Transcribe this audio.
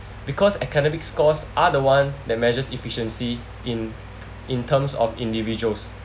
because academic scores are the one that measures efficiency in in terms of individuals